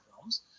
films